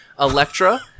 electra